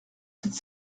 tête